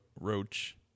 Roach